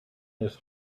his